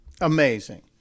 Amazing